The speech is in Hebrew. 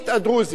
הקשבתם?